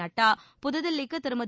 நட்டா புதுதில்விக்கு திருமதி